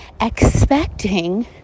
expecting